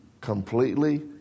completely